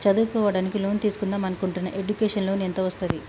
చదువుకోవడానికి లోన్ తీస్కుందాం అనుకుంటున్నా ఎడ్యుకేషన్ లోన్ ఎంత వస్తది?